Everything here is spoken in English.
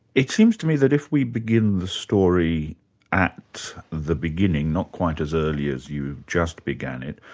it seems to me that if we begin the story at the beginning, not quite as early as you just began it,